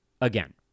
again